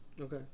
Okay